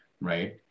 right